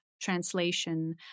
translation